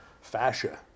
fascia